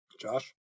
Josh